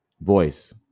voice